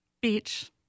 Beach